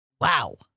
Wow